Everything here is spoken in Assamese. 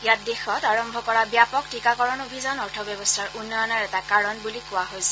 ইয়াত দেশত আৰম্ভ কৰা ব্যাপক টীকাকৰণ অভিযান অৰ্থব্যৱস্থাৰ উন্নয়নৰ এটা কাৰণ বুলি কোৱা হৈছে